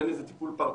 בין אם זה טיפול פרטני,